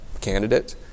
candidate